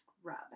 scrub